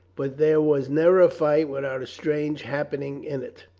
but there was never a fight without strange happenings in it,